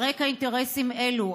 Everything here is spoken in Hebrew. על רקע אינטרסים אלו,